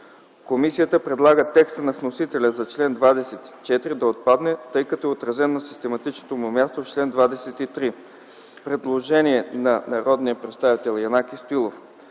Комисията предлага текста на вносителя за чл. 24 да отпадне, тъй като е отразен на систематичното му място в чл. 23. Предложение на народния представител Янаки Стоилов: